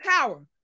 power